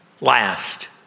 Last